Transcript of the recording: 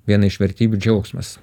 viena iš vertybių džiaugsmas